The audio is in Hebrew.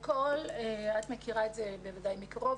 באירופה זה מאוד מקובל.